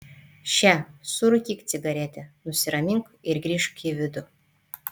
še surūkyk cigaretę nusiramink ir grįžk į vidų